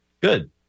Good